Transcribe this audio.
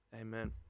Amen